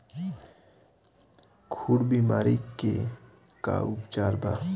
खुर बीमारी के का उपचार बा?